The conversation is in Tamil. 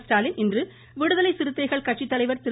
ஸ்டாலின் இன்று விடுதலை சிறுத்தைகள் கட்சித்தலைவர் திரு